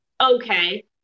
okay